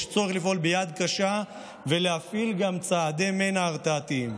יש צורך לפעול ביד קשה ולהפעיל גם צעדי מנע הרתעתיים.